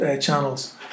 channels